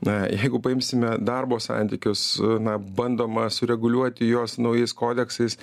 na jeigu paimsime darbo santykius na bandoma sureguliuoti juos naujais kodeksais